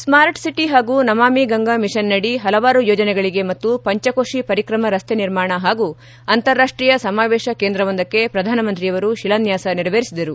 smart city ಹಾಗೂ ನಮಾಮಿ ಗಂಗಾ ಮಿಷನ್ನಡಿ ಹಲವಾರು ಯೋಜನೆಗಳಿಗೆ ಮತ್ತು ಪಂಚಕೋಶಿ ಪರಿಕ್ರಮ ರಸ್ತೆ ನಿರ್ಮಾಣ ಹಾಗೂ ಅಂತಾರಾಷ್ಟೀಯ ಸಮಾವೇಶ ಕೇಂದ್ರವೊಂದಕ್ಕೆ ಪ್ರಧಾನಮಂತ್ರಿಯವರು ಶಿಲಾನ್ಯಾಸ ನೆರವೇರಿಸಿದರು